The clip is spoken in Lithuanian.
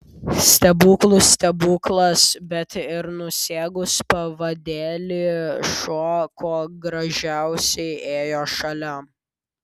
stebuklų stebuklas bet ir nusegus pavadėlį šuo kuo gražiausiai ėjo šalia